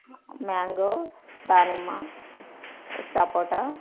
mango దానిమ్మ సపోటా